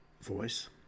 voice